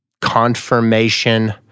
confirmation